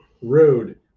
rude